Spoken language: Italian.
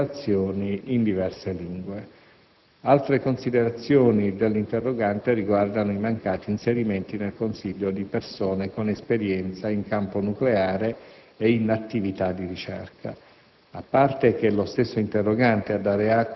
con doti anche in gestione di relazioni in diverse lingue. Altre considerazioni dell'interrogante riguardano i mancati inserimenti nel Consiglio di persone con «esperienza» in campo nucleare ed in attività di ricerca.